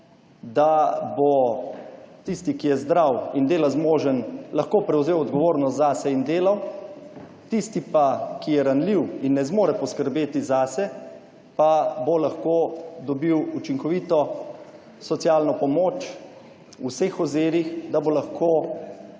da bo tisti, ki je zdrav in dela zmožen, lahko prevzel odgovornost zase in delal, tisti pa, ki je ranljiv in ne zmore poskrbeti zase, pa bo lahko dobil učinkovito socialno pomoč v vseh ozirih, da bo lahko